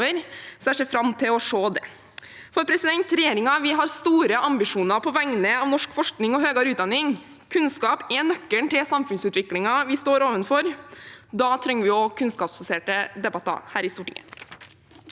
så jeg ser fram til å se det. Regjeringen har store ambisjoner på vegne av norsk forskning og høyere utdanning. Kunnskap er nøkkelen til samfunnsutviklingen vi står overfor. Da trenger vi også kunnskapsbaserte debatter her i Stortinget.